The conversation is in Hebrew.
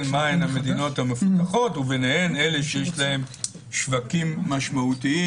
מהן המדינות המפותחות וביניהן אלה שיש להן שווקים משמעותיים.